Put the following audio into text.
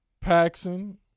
Paxson